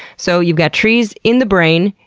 so, you've got trees in the brain,